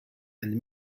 and